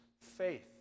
faith